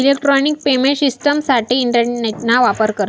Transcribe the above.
electronic payment शिश्टिमसाठे इंटरनेटना वापर करतस